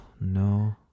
no